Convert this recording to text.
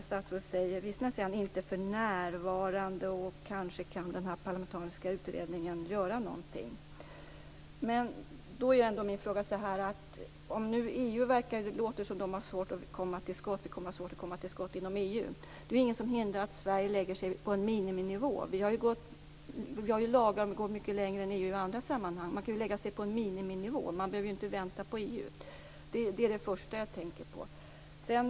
Statsrådet säger visserligen "inte för närvarande" och att kanske kan den parlamentariska utredningen göra någonting. Om det nu verkar vara svårt att komma till skott inom EU är det ingenting som hindrar att Sverige lägger sig på en miniminivå. Våra lagar går mycket längre än EU:s i många andra sammanhang. Vi behöver inte vänta på EU. Det är det första jag tänker på.